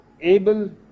able